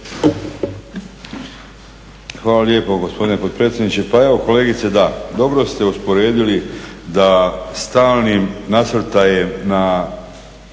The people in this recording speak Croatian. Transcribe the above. Hvala lijepo gospodine potpredsjedniče. Pa evo kolegice, da dobro ste usporedili da stalnim nasrtajem na